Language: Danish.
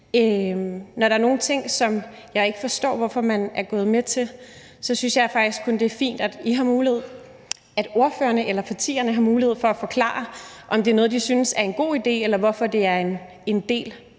Når der er nogle ting, som jeg ikke forstår hvorfor man er gået med til, så synes jeg faktisk kun, det er fint, at ordførerne eller partierne har mulighed for at komme med en forklaring, i forhold til om det er noget, som de synes er en god idé, eller forklare, hvorfor det er en del